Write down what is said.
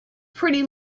pretty